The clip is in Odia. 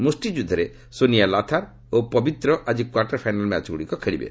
ମୁଷ୍ଟିଯୁଦ୍ଧରେ ସୋନିଆ ଲାଥାର ଓ ପବିତ୍ର ଆକି କ୍ୱାର୍ଟର ଫାଇନାଲ୍ ମ୍ୟାଚ୍ଗୁଡ଼ିକ ଖେଳିବେ